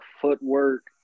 footwork